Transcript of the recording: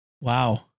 Wow